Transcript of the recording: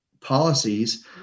policies